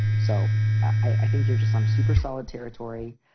so i think you're just some super solid territory.